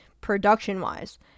production-wise